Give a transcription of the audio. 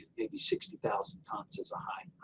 maybe sixty thousand tons as a high